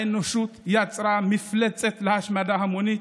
האנושות יצרה מפלצת להשמדה המונית,